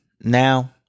Now